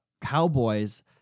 Cowboys